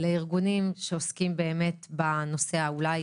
לארגונים שעוסקים באמת בנושא אולי